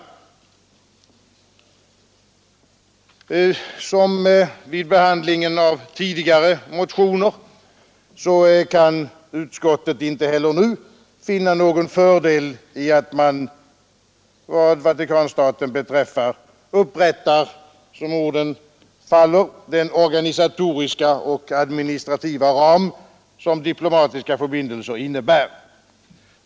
Liksom vid behandlingen av tidigare motioner har utskottet inte heller denna gång funnit någon fördel med att vi vad Vatikanstaten beträffar upprättar, som orden faller, ”den organisatoriska och administrativa ram som diplomatiska förbindelser innebär”.